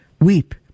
weep